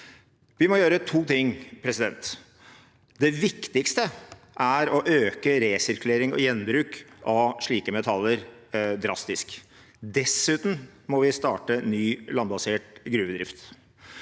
Vi må gjøre to ting. Det viktigste er å øke resirkulering og gjenbruk av slike metaller drastisk. Dessuten må vi starte ny landbasert gruvedrift.